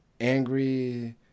angry